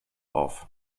auf